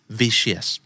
vicious